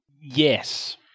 Yes